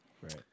Right